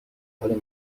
حال